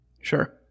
Sure